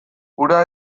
hura